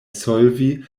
solvi